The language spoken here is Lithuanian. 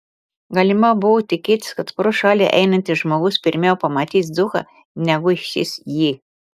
galima buvo tikėtis kad pro šalį einantis žmogus pirmiau pamatys dzūką negu šis jį